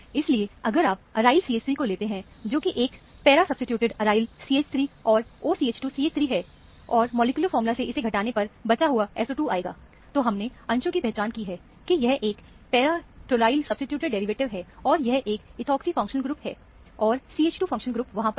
इसीलिए अगर आप एराइल CH3 को लेते हैं जो कि एक पैरा सब्सीट्यूटेड एराइल CH3 और OCH2 CH3है और मॉलिक्यूलर फार्मूले से इसे घटाने पर बचा हुआ SO2 आएगा तो हमने अंशों की पहचान की है कि यह एक पैरा टोलयल सब्सीट्यूटेड डेरिवेटिव है और यह एक एथोक्सी फंक्शनल ग्रुप है और SO2 फंक्शनल ग्रुप वहां पर है